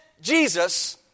Jesus